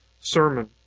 sermon